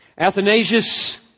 Athanasius